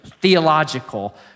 theological